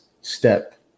step